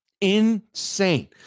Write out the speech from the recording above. insane